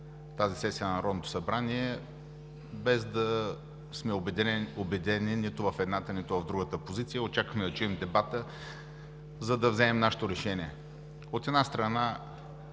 днес в Народното събрание, без да сме убедени нито в едната, нито в другата позиция. Очаквахме да чуем дебата, за да вземем нашето решение. От една страна,